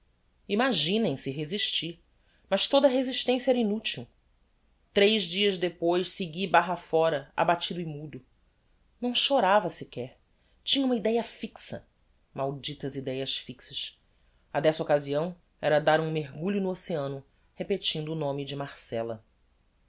imaginem se resisti mas toda a resistencia era inutil tres dias depois segui barra fóra abatido e mudo não chorava sequer tinha uma idéa fixa malditas idéas fixas a dessa occasião era dar um mergulho no oceano repetindo o nome de marcella